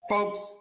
Folks